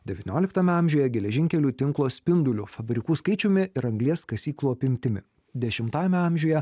devynioliktame amžiuje geležinkelių tinklo spinduliu fabrikų skaičiumi ir anglies kasyklų apimtimi dešimtajame amžiuje